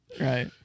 Right